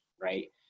right